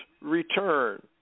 Return